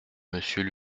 monsieur